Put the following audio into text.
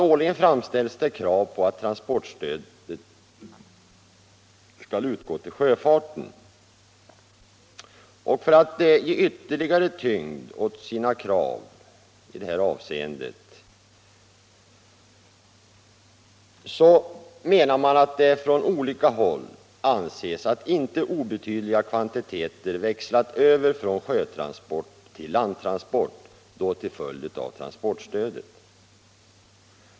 Årligen framställs det krav på att transportstödet skall utgå till sjöfarten, och för att ge ytterligare tyngd åt sina krav i det avseendet hävdar man att det på olika håll anses att inte obetydliga kvantiteter växlats över från sjötransport till landtransport till följd av transportstödets konstruktion.